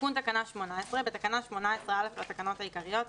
תיקון תקנה 18 בתקנה 18(א) לתקנות העיקריות,